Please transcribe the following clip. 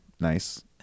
nice